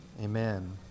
Amen